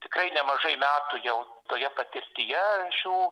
tikrai nemažai metų jau toje patirtyje šių